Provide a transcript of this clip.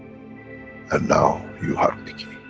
and now, you have the key.